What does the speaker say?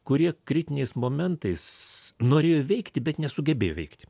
kurie kritiniais momentais norėjo veikti bet nesugebėjo veikti